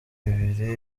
ibiri